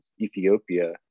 Ethiopia